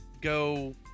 go